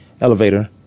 elevator